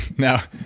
now,